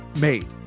made